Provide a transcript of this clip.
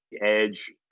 edge